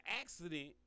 accident